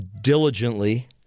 diligently